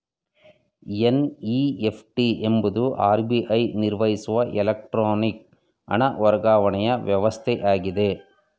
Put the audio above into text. NEFT ಎಂಬುದು RBI ನಿರ್ವಹಿಸುವ electronic ಹಣ ವರ್ಗಾವಣೆಯ ವ್ಯವಸ್ಥೆಯಾಗಿದೆ